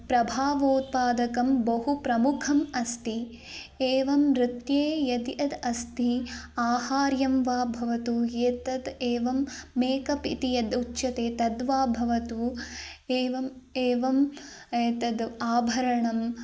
प्रभावोत्पादकं बहु प्रमुखम् अस्ति एवं नृत्ये यद् यद् अस्ति आहार्यं वा भवतु एतद् एवं मेकप् इति यद् उच्यते तद्वा भवतु एवम् एवम् एतद् आभरणम्